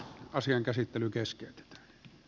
asian käsittely keskeytetään